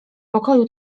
pokoju